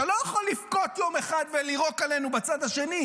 אתה לא יכול יום אחד לבכות ולירוק עלינו בצד השני.